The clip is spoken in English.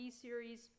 series